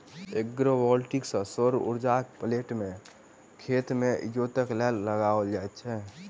agrovoltaic मे सौर उर्जाक प्लेट के खेत मे इजोतक लेल लगाओल जाइत छै